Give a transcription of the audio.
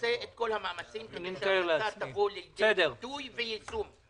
נעשה את כל המאמצים כדי שההחלטה תבוא לידי ביטוי ויישום.